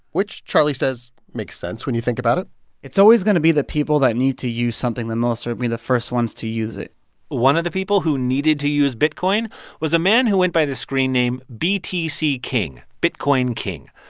which, charlie says, makes sense when you think about it it's always going to be the people that need to use something the most are going to be the first ones to use it one of the people who needed to use bitcoin was a man who went by the screen name btc king, bitcoin king.